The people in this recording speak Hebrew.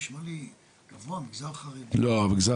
נשמע לי גבוה מגזר חרדי- -- לא המגזר